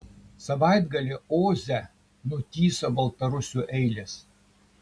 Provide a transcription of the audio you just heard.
savaitgalį oze nutįso baltarusių eilės